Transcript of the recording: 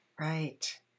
Right